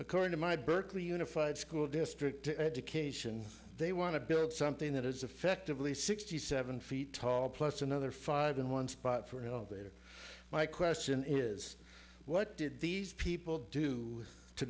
according to my berkeley unified school district the education they want to build something that is effectively sixty seven feet tall plus another five in one spot for an elevator my question is what did these people do to